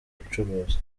bucuruzi